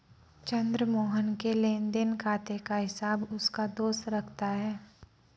चंद्र मोहन के लेनदेन खाते का हिसाब उसका दोस्त रखता है